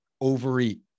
overeat